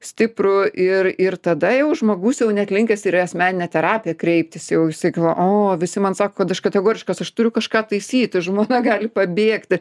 stiprų ir ir tada jau žmogus jau net linkęs ir asmeninę terapiją kreiptis jau jisai o visi man sako kad aš kategoriškas aš turiu kažką taisyti žmona gali pabėgti